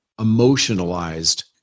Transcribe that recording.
emotionalized